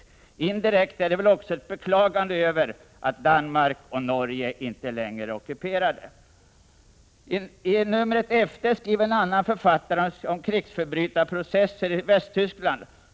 Indirekt är väl artikeln också ett beklagande över att Danmark och Norge inte längre är ockuperade. I numret efter skriver en annan författare om krigsförbrytarprocesser i Västtyskland.